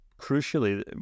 crucially